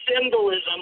symbolism